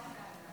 אל תדאג.